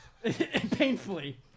Painfully